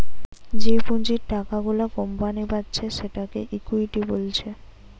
যে পুঁজির টাকা গুলা কোম্পানি পাচ্ছে সেটাকে ইকুইটি বলছে